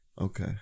Okay